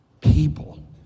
people